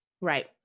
right